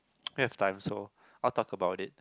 we have time so I'll talk about it